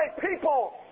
people